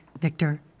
Victor